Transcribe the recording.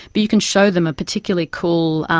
but you can show them a particularly cool,